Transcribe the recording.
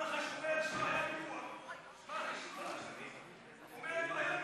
גברתי היושבת-ראש, כנסת נכבדה, חבר הכנסת